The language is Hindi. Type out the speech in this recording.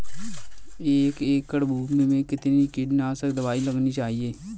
एक एकड़ भूमि में कितनी कीटनाशक दबाई लगानी चाहिए?